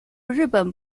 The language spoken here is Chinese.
日本